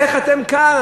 איך אתם כאן,